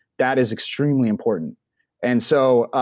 that is extremely important and so,